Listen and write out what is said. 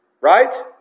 right